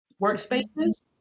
workspaces